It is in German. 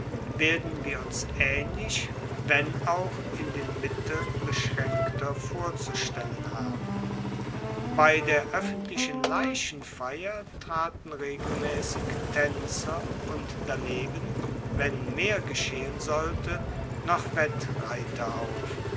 werden wir uns aehnlich wenn auch in den mitteln beschraenkter vorzustellen haben bei der oeffentlichen leichenfeier traten regelmaessig taenzer und daneben wenn mehr geschehen sollte noch wettreiter auf